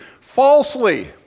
falsely